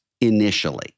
initially